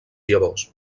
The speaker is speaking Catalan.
llavors